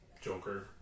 Joker